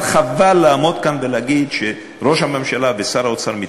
אבל חבל לעמוד כאן ולהגיד שראש הממשלה ושר האוצר מתכחשים.